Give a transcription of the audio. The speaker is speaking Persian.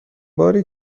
باری